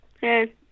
Hey